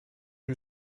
who